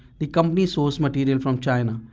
the company sourced material from china,